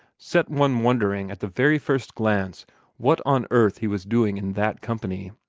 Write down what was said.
set one wondering at the very first glance what on earth he was doing in that company.